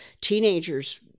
teenagers